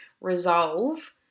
resolve